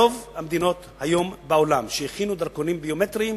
היום ברוב המדינות בעולם שהכינו דרכונים ביומטריים,